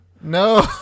No